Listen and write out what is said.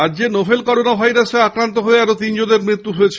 রাজ্যে novel coronavirus আক্রান্ত হয়ে আরো তিনজনের মৃত্যু হয়েছে